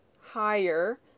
higher